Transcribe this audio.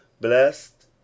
Blessed